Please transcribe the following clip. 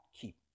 keep